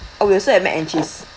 oh we also have mac and cheese